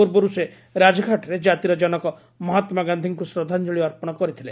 ପୂର୍ବରୁ ସେ ରାଜଘାଟଠାରେ ଜାତିର ଜନକ ମହାତ୍ମା ଗାନ୍ଧିଙ୍କୁ ଶ୍ରଦ୍ଧାଞ୍ଚଳୀ ଅର୍ପଣ କରିଥିଲେ